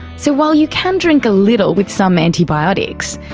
so while you can drink a little with some antibiotics,